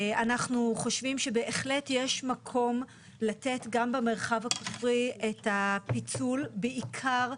אנחנו חושבים שבהחלט יש מקום לתת גם במרחב הכפרי את הפיצול בעיקר,